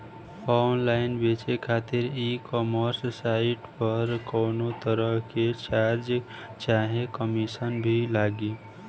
Online बेचे खातिर e commerce site पर कौनोतरह के चार्ज चाहे कमीशन भी लागी?